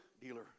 dealer